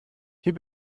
hier